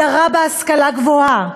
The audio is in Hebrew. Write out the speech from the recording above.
הדרה בהשכלה גבוהה,